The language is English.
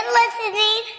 listening